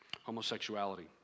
homosexuality